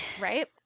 right